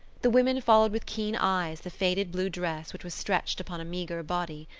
the women followed with keen eyes the faded blue dress which was stretched upon a meagre body.